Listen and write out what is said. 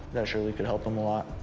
that surely could help him a lot.